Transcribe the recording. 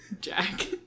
Jack